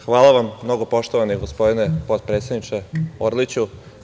Hvala vam mnogo, poštovani gospodine potpredsedniče Orliću.